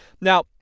Now